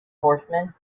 horsemen